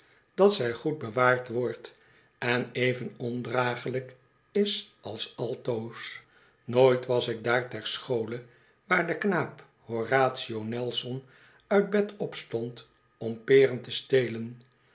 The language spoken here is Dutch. dat zij goed bewaard wordt en even ondraaglijk is als altoos nooit was ik daar ter schole waar de knaap horatio nelson uit bed opstond om peren te stelen